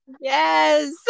Yes